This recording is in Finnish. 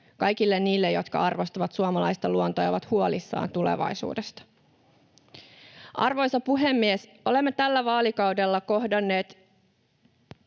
kaikille niille, jotka arvostavat suomalaista luontoa ja ovat huolissaan tulevaisuudesta. Arvoisa puhemies! Olemme tällä vaalikaudella kohdanneet